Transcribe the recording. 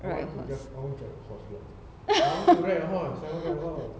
ride a horse